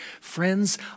Friends